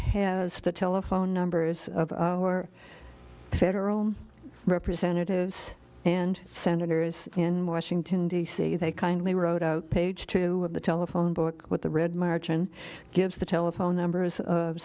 has the telephone numbers of our federal representatives and senators in washington d c they kindly wrote out page two of the telephone book with the red margin gives the telephone numbers of